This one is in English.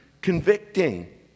convicting